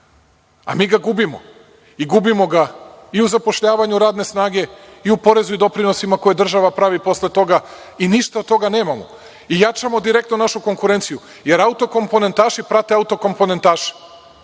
a mi ga gubimo i gubimo ga i u zapošljavanju radne snage i u porezu i doprinosima koje država pravi posle toga i ništa od toga nemamo i jačamo direktno našu konkurenciju, jer auto-komponentaši prate auto-komponentaše.